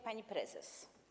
Pani Prezes!